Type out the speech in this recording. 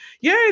yay